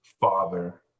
father